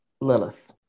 Lilith